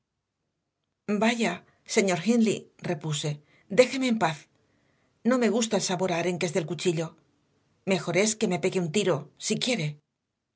vaya señor hindley repuse déjeme en paz no me gusta el sabor a arenques del cuchillo mejor es que me pegue un tiro si quiere